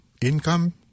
income